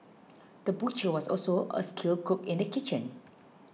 the butcher was also a skilled cook in the kitchen